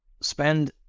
spend